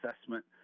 assessment